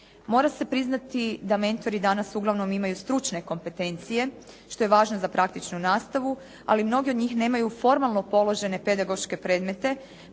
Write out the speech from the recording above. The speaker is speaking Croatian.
Mora se priznati da mentori danas uglavnom imaju stručne kompetencije što je važno za praktičnu nastavu. Ali mnogi od njih nemaju formalno položene pedagoške predmete,